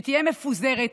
שתהיה מפוזרת,